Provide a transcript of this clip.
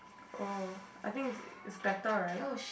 oh I think is is better right